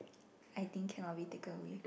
I think cannot be taken away